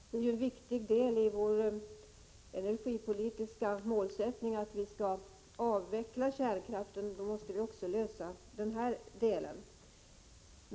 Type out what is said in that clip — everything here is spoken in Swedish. Det är en viktig del i vår energipolitiska målsättning att kärnkraften skall avvecklas, och då måste vi också lösa frågan om hantering av avfallet.